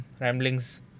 ramblings